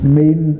main